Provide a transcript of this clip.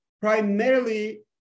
primarily